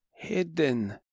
Hidden